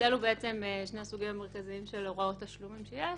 אלה שני הסוגים המרכזיים של הוראות תשלומים שיש.